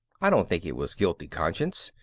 i don't think it was guilty conscience.